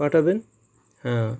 পাঠাবেন হ্যাঁ